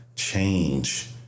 Change